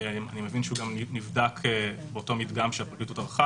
ואני דווקא הבאתי מקרים שהתמודדנו אתם בשבוע שעבר